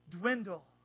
dwindle